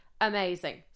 amazing